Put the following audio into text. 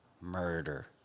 murder